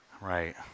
Right